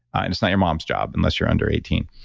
and it's not your mom's job, unless you're under eighteen